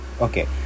okay